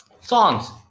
Songs